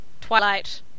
Twilight